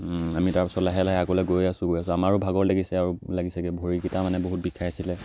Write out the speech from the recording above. আমি তাৰপাছত লাহে লাহে আগলৈ গৈ আছোঁ গৈ আছোঁ আমাৰো ভাগৰ লাগিছে আৰু লাগিছেগৈ ভৰিকেইটা মানে বহুত বিষাইছিলে